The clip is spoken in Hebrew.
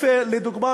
לדוגמה,